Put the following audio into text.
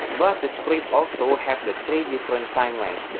but the script also have the three different time-lines.